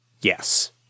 yes